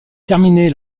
terminé